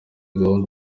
gahunda